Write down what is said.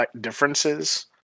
differences